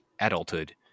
adulthood